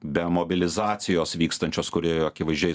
be mobilizacijos vykstančios kuri akivaizdžiai